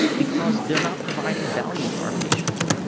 because they are not providing value for our patients.